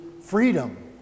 freedom